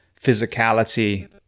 physicality